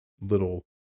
little